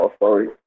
sorry